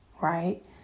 Right